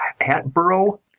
Hatboro